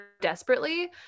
desperately